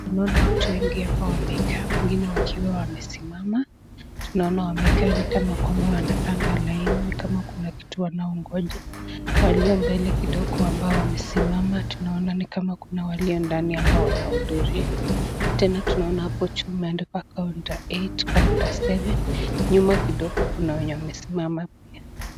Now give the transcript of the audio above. Tunaona watu wengi hapa wamekaa wengine wakiwa wamesimama, tunaona wamekaa ni kama kwamba wamepanga laini ni kana kuna kitu wanaongoja, walio mbele kidogo ambao wamesimama tunaona ni kama kuna walio ndani ambao wanahudhuria, tena tunaona hapo juu imeandikwa counter 8,counter 7 , nyuma kidogo kuna wenye wamesimama pia.